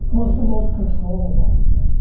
well, it's the most controllable. yeah.